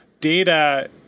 data